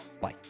Bye